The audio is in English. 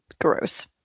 Gross